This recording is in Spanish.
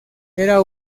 era